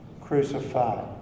crucified